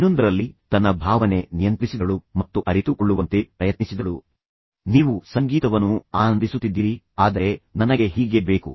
ಇನ್ನೊಂದರಲ್ಲಿ ಅವಳು ತನ್ನ ಭಾವನೆಯನ್ನು ನಿಯಂತ್ರಿಸಿದಳು ಮತ್ತು ನಂತರ ಅವರು ಅದನ್ನು ಅರಿತುಕೊಳ್ಳುವಂತೆ ಪ್ರಯತ್ನಿಸಿದಳು ಸರಿ ನೀವು ಸಂಗೀತವನ್ನು ಚೆನ್ನಾಗಿ ಆನಂದಿಸುತ್ತಿದ್ದೀರಿ ಆದರೆ ನನಗೆ ಇದು ಬೇಕು